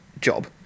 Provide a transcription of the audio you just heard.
job